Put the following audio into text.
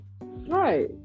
Right